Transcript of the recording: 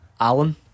Alan